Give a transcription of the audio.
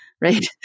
right